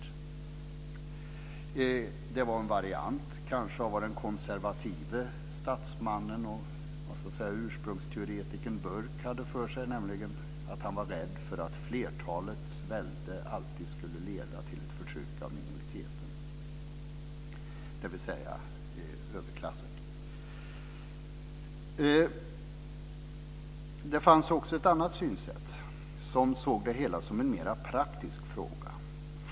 Det var kanske en variant av vad den konservative statsmannen och ursprungsteoretikern Burke hade för sig, nämligen att flertalets välde alltid skulle leda till ett förtryck av minoriteten, dvs. överklassen. Den andra strömningen såg det hela som en mera praktisk fråga.